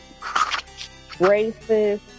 racist